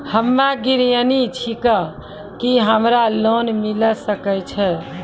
हम्मे गृहिणी छिकौं, की हमरा लोन मिले सकय छै?